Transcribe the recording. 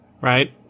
right